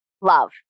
love